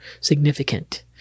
significant